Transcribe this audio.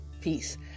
peace